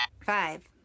Five